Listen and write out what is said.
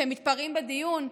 שמתפרעים בדיון,